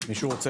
מישהו רוצה